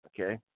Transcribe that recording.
okay